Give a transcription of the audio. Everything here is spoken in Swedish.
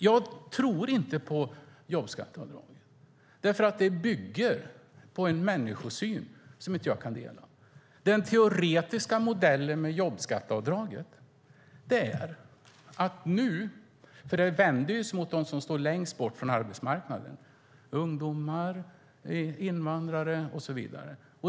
Jag tror inte på jobbskatteavdrag, därför att det bygger på en människosyn som jag inte kan dela. Den teoretiska modellen med jobbskatteavdraget vänder sig ju mot dem som står längst bort från arbetsmarknaden - ungdomar, invandrare och så vidare.